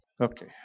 Okay